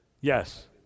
Yes